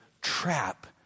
trap